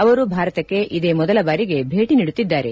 ಅವರು ಭಾರತಕ್ಕೆ ಇದೇ ಮೊದಲ ಬಾರಿಗೆ ಭೇಟಿ ನೀಡುತ್ತಿದ್ದಾರೆ